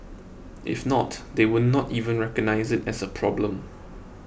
if not they would not even recognise it as a problem